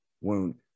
wound